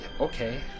okay